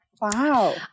Wow